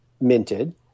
minted